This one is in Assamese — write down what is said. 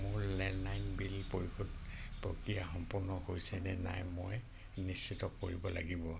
মোৰ লেণ্ডলাইন বিল পৰিশোধ প্ৰক্ৰিয়া সম্পন্ন হৈছে নে নাই মই নিশ্চিত কৰিব লাগিব